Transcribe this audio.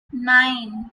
nine